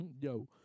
Yo